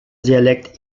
dialecte